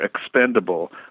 expendable